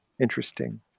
interesting